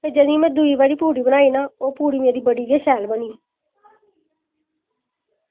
ते जदूं में दूई बारी पूड़ी बनाई ना ओह् पूड़ी मेरी बड़ी गै शैल बनी